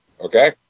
Okay